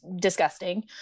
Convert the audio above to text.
disgusting